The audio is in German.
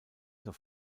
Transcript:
zur